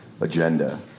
agenda